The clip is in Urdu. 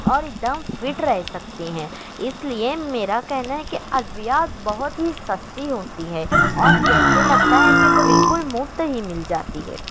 اور ایک دم فٹ رہ سکتے ہیں اس لیے میرا کہنا ہےکہ ادویات بہت ہی سستی ہوتی ہیں اور جیسے لگتا ہے کہ بالکل مفت ہی مل جاتی ہے